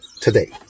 today